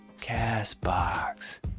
CastBox